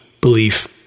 belief